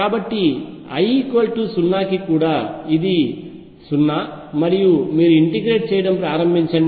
కాబట్టి l 0 కి కూడా ఇది 0 మరియు మీరు ఇంటిగ్రేట్ చేయడం ప్రారంభించండి